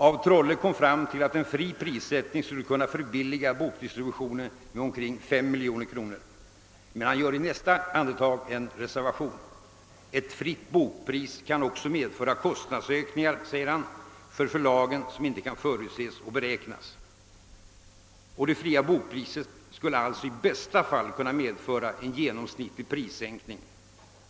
af Trolle kommer fram till att en fri prissättning skulle kunna förbilliga bokdistributionen med omkring 5 miljoner kronor, men han gör i nästa andetag en reservation: ett fritt bokpris kan också medföra kostnadsökningar för förlagen som inte kan förutses och beräknas. Det fria bokpriset skulle alltså i bästa fall kunna medföra en genomsnittlig prissänkning